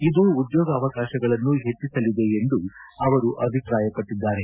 ಇದು ಉದ್ದೋಗಾವಕಾಶಗಳನ್ನೂ ಹೆಚ್ಚಿಸಲಿದೆ ಎಂದ ಅವರು ಅಭಿಪ್ರಾಯಪಟ್ಟಿದ್ದಾರೆ